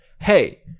Hey